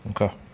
Okay